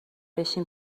بشین